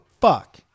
fuck